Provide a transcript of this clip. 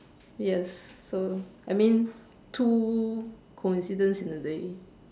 yes so I mean two coincidence in a day